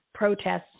protests